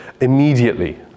immediately